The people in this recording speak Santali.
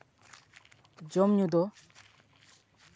ᱡᱚᱢ ᱧᱩ ᱫᱚ